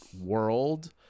world